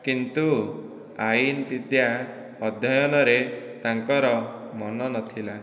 କିନ୍ତୁ ଆଇନ ବିଦ୍ୟା ଅଧ୍ୟୟନରେ ତାଙ୍କର ମନ ନଥିଲା